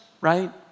right